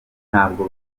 ntabwo